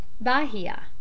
Bahia